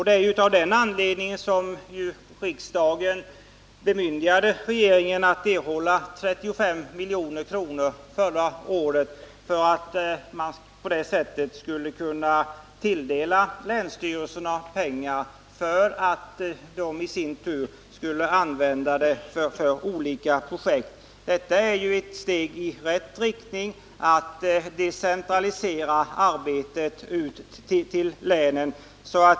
Det var av den anledningen riksdagen bemyndigade regeringen att erhålla 35 milj.kr. förra året för att kunna tilldela länsstyrelserna pengar så att de i sin tur skulle kunna använda dem till olika projekt. Det är ett steg i rätt riktning att decentralisera arbetet till länen.